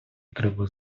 треба